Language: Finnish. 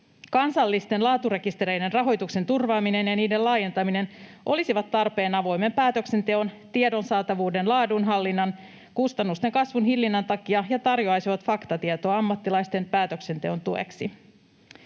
Kansallisten laaturekistereiden rahoituksen turvaaminen ja niiden laajentaminen olisivat tarpeen avoimen päätöksenteon, tiedon saatavuuden, laadunhallinnan sekä kustannusten kasvun hillinnän takia ja tarjoaisivat faktatietoa ammattilaisten päätöksenteon tueksi.